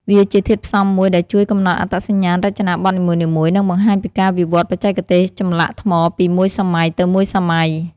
វាជាធាតុផ្សំមួយដែលជួយកំណត់អត្តសញ្ញាណរចនាបថនីមួយៗ និងបង្ហាញពីការវិវត្តន៍បច្ចេកទេសចម្លាក់ថ្មពីមួយសម័យទៅមួយសម័យ។